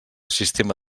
sistema